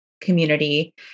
community